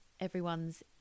everyone's